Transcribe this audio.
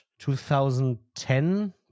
2010